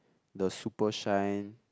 the super shine